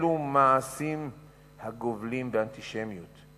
אלו מעשים הגובלים באנטישמיות,